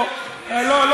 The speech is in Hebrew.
לכם ולרוויזיוניסטים?